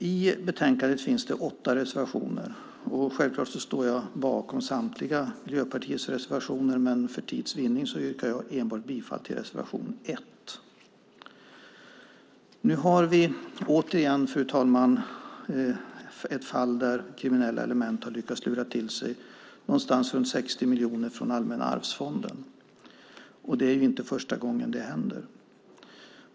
I betänkandet finns det åtta reservationer. Självklart står jag bakom samtliga Miljöpartiets reservationer, men för tids vinnande yrkar jag enbart bifall till reservation 1. Vi har återigen, fru talman, ett fall där kriminella element har lyckats lura till sig pengar, runt 60 miljoner, från Allmänna arvsfonden. Det är inte första gången det händer.